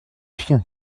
chiens